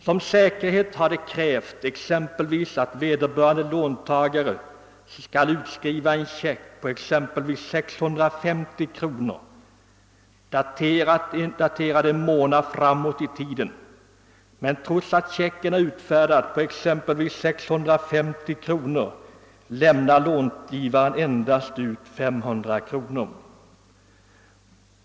Som säkerhet har vederbörande krävt att låntagaren skall utskriva en check på exempelvis 650 kr., daterad en månad framåt i tiden, men trots att checken är utfärdad på denna summa lämnar långivaren endast ut 500 kr.